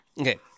Okay